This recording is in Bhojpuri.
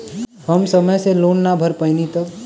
हम समय से लोन ना भर पईनी तब?